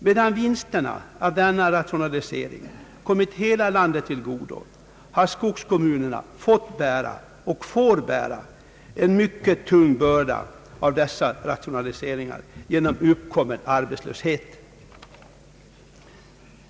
Medan vinsterna av denna rationalisering kommit hela landet till godo har skogskommunerna fått bära — och får bära — en mycket tung börda av dessa rationaliseringar genom uppkommen arbetslöshet.